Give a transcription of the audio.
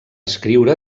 escriure